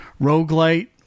roguelite